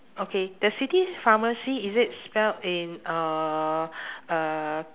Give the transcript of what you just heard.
okay the city pharmacy is it spelled in uhh uh